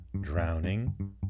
Drowning